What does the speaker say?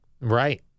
Right